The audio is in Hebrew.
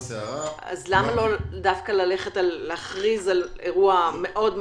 אז למה לא להכריז על אירוע חמור מאוד?